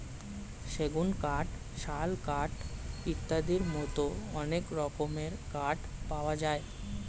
সেগুন কাঠ, শাল কাঠ ইত্যাদির মতো অনেক রকমের কাঠ পাওয়া যায়